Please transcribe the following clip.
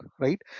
right